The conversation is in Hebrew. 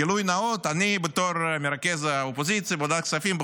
גילוי נאות: אני בתור מרכז האופוזיציה בוועדת הכספים,